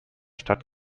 stadt